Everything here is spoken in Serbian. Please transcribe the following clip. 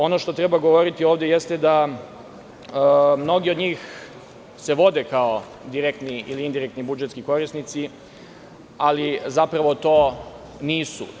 Ono što treba govoriti ovde jeste da se mnogi od njih vode kao direktni ili indirektni budžetski korisnici, ali zapravo to nisu.